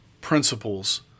principles